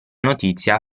notizia